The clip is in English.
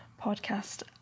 podcast